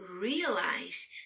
realize